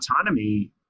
autonomy